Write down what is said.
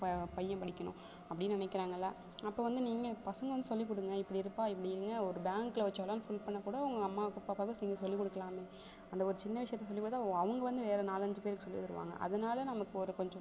ப பையன் படிக்கணும் அப்படின்னு நினைக்கிறாங்களா அப்போ வந்து நீங்கள் பசங்க வந்து சொல்லி கொடுங்க இப்படி இருப்பா இப்படி இருங்க ஒரு பேங்கில் ஒரு செல்லான் ஃபில் பண்ண கூட உங்கள் அம்மாவுக்கு அப் அப்பாவுக்கு நீங்க சொல்லி கொடுக்கலாமே அந்த ஒரு சின்ன விஷியத்தை சொல்லி கொடுத்தா அவ அவங்க வந்து வேறு நாலஞ்சு பேருக்கு சொல்லி தருவாங்க அதனால நமக்கு ஒரு கொஞ்சம்